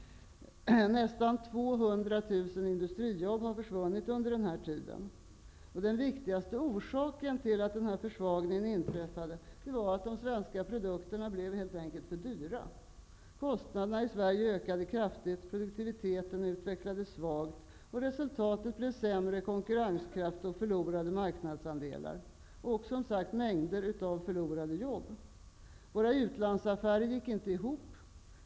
Nästan 200 000 industrijobb har försvunnit under denna tid. Den viktigaste orsaken till denna försvagning var att de svenska produkterna blev för dyra -- kostnaderna i Sverige ökade kraftigt medan produktiviteten utvecklades svagt. Resultatet blev sämre konkurrenskraft, förlorade marknadsandelar och, som sagt, mängder av förlorade jobb. Våra utlandsaffärer gick inte ihop.